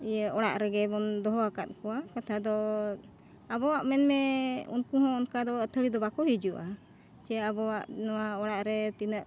ᱤᱭᱟᱹ ᱚᱲᱟᱜ ᱨᱮᱜᱮ ᱵᱚᱱ ᱫᱚᱦᱚ ᱟᱠᱟᱫ ᱠᱚᱣᱟ ᱠᱟᱛᱷᱟ ᱫᱚ ᱟᱵᱚᱣᱟᱜ ᱢᱮᱱᱢᱮ ᱩᱱᱠᱩ ᱦᱚᱸ ᱚᱱᱠᱟ ᱫᱚ ᱟᱹᱛᱷᱟᱹᱲᱤ ᱫᱚ ᱵᱟᱠᱚ ᱦᱤᱡᱩᱜᱼᱟ ᱡᱮ ᱟᱵᱚᱣᱟᱜ ᱱᱚᱣᱟ ᱚᱲᱟᱜ ᱨᱮ ᱛᱤᱱᱟᱹᱜ